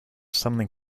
something